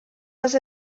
les